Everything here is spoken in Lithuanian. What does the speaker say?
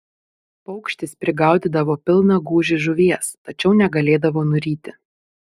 paukštis prigaudydavo pilną gūžį žuvies tačiau negalėdavo nuryti